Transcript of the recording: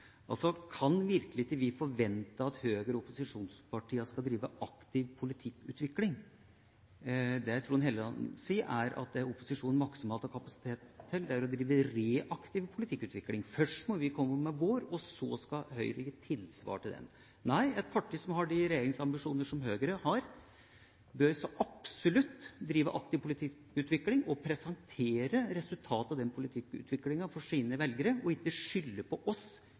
Kan vi virkelig ikke forvente at Høyre og opposisjonspartiene skal drive aktiv politikkutvikling? Det Trond Helleland sier, er at det opposisjonen maksimalt har kapasitet til, er å drive reaktiv politikkutvikling: Først må vi komme med vår, og så skal Høyre gi tilsvar til den. Nei, et parti som har de regjeringsambisjoner som Høyre har, bør så absolutt drive aktiv politikkutvikling, presentere resultatet av den politikkutviklinga for sine velgere, og ikke skylde på oss